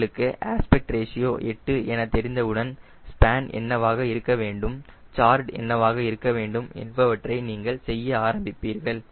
உங்களுக்கு aspect ratio 8 என தெரிந்தவுடன் ஸ்பேன் என்னவாக இருக்க வேண்டும் கார்டு என்னவாக இருக்க வேண்டும் என்பவற்றை நீங்கள் செய்ய ஆரம்பிப்பீர்கள்